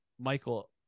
Michael